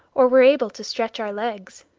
or were able to stretch our legs.